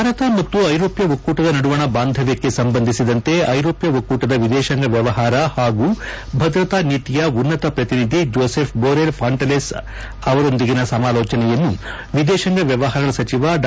ಭಾರತ ಮತ್ತು ಐರೋಪ್ತ ಒಕ್ಕೂಟದ ನಡುವಣ ಬಾಂಧವ್ಯಕ್ಷೆ ಸಂಬಂಧಿಸಿದಂತೆ ಐರೋಪ್ತ ಒಕ್ಕೂಟದ ಎದೇಶಾಂಗ ವ್ವವಾರ ಪಾಗೂ ಭದ್ರತಾ ನೀತಿಯ ಉನ್ನತ ಪ್ರತಿನಿಧಿ ಜೋಸೆಫ್ ಜೋರೆಲ್ ಫಾಂಟಲೆಸ್ ಆವರೊಂದಿಗಿನ ಸಮಾಲೋಚನೆಯನ್ನು ಎದೇಶಾಂಗ ವ್ಯವಾರಗಳ ಸಚಿವ ಡಾ